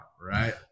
right